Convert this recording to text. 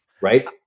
Right